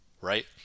right